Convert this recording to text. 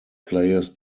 players